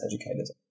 educators